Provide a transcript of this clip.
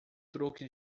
truque